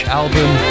album